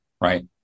right